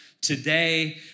today